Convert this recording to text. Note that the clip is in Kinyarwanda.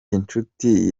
inshuti